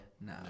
no